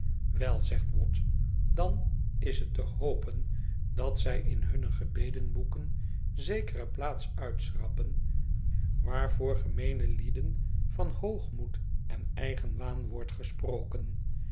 wel zegt watt dan is het te hopen dat zij in hunne gebedenboeken zekere plaats uitschrappen waar voor gemeene lieden van hoogmoed en eigenwaan wordt gesproken